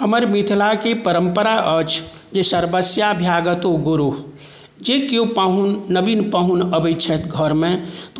हमर मिथिलाक ई परम्परा अछि जे सर्वस्याभ्येगत्योः गुरुः जे कोय पाहुन नवीन पाहुन अबै छथि घरमे